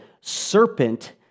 serpent